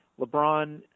LeBron